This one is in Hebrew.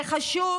זה חשוב